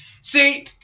see